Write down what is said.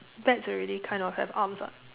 bats already kind of have arms [what]